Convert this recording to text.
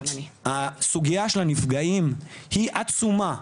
הסוגייה של הנפגעים היא עצומה.